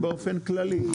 באופן כללי.